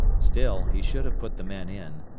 still he should have put the men in,